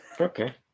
Okay